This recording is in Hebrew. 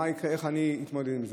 איך אני אתמודד עם זה.